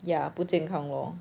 ya 不健康 lor